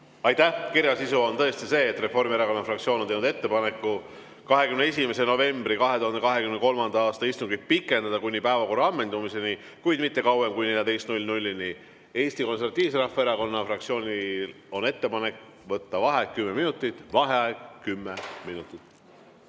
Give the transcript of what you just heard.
Aitäh! Kirja sisu on tõesti see, et Reformierakonna fraktsioon on teinud ettepaneku 21. novembri 2023. aasta istungit pikendada kuni päevakorra ammendumiseni, kuid mitte kauem kui 14‑ni. Eesti Konservatiivse Rahvaerakonna fraktsioonil on ettepanek võtta vaheaeg kümme minutit. Vaheaeg kümme minutit.